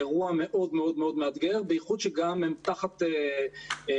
אירוע מאוד מאתגר בייחוד שגם הם תחת תחלואה